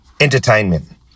entertainment